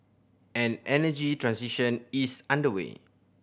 an energy transition is underway